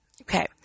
okay